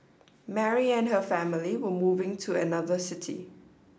Mary and her family were moving to another city